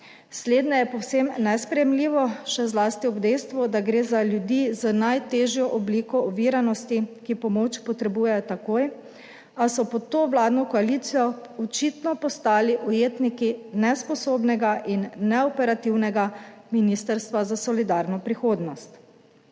Slednje je povsem nesprejemljivo, še zlasti ob dejstvu, da gre za ljudi z najtežjo obliko oviranosti, ki pomoč potrebujejo takoj, a so pod to vladno koalicijo očitno postali ujetniki nesposobnega in neoperativnega Ministrstva za solidarno prihodnost.